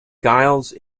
giles